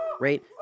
Right